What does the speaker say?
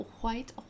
white